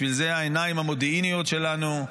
בשביל זה העיניים המודיעיניות שלנו,